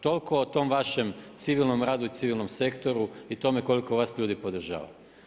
Toliko o tom vašem civilnom radu i civilnom sektoru i tome koliko vas ljudi podražava.